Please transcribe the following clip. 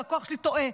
הלקוח שלי טועה,